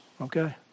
okay